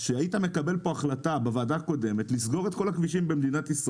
שהיית מקבל פה החלטה בוועדה קודמת לסגור את כל הכבישים במדינת ישראל,